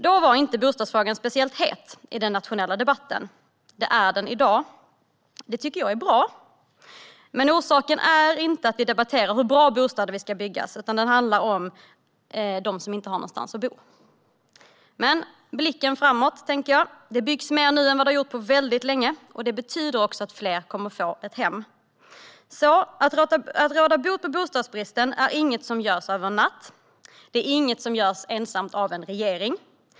Då var inte bostadsfrågan speciellt het i den nationella debatten. Det är den i dag. Det tycker jag är bra. Men orsaken är inte att vi debatterar hur bra bostäder vi ska bygga, utan att det handlar om dem som inte har någonstans att bo. Blicken framåt, tänker jag. Det byggs mer nu än på väldigt länge. Det betyder också att fler kommer att få ett hem. Att råda bot på bostadsbristen är inget som görs över en natt. Det är inget som görs ensamt av en regering.